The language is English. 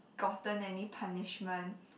gotten any punishment